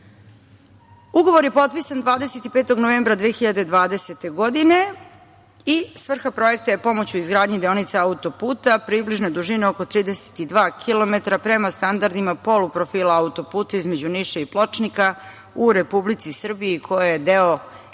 razvoj. Ugovor je potpisan 25. novembra 2020. godine. Svrha projekta je pomoć u izgradnji deonice auto-puta, približne dužine oko 32 km, prema standardima polu-profila auto-puta između Niša i Pločnika u Republici Srbiji, koja je deo